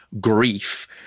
grief